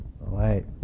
right